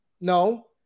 No